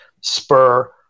spur